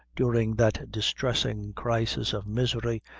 during that distressing crisis of misery,